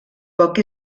poc